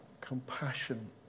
compassion